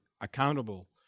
accountable